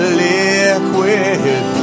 liquid